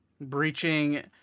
Breaching